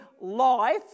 life